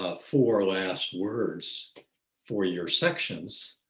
ah four last words for your sections.